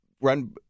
run